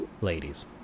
ladies